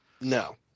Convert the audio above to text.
No